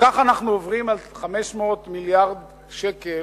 וכך אנחנו עוברים על 500 מיליארד שקל